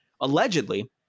allegedly